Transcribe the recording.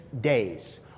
days